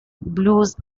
blues